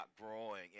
growing